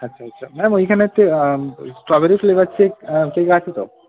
আচ্ছা আচ্ছা ম্যাম ওইখানে হচ্ছে ওই স্ট্রবেরি ফ্লেভার চেক কেক আছে তো